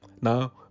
Now